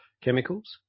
chemicals